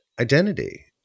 identity